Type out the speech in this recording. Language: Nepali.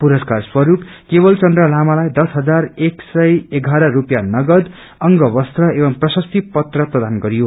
पुरस्कार स्वरूप केवल चन्द्र लामालाइ दशहजार एक सौ एघ्रह रूपिसयाँ गनद अंग वस्त्र एवं प्रशस्ती पत्र प्रदान गरियो